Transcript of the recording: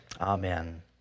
Amen